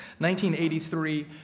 1983